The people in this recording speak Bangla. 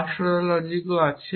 ফার্স্ট অর্ডার লজিকও আছে